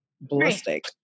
ballistic